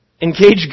Engage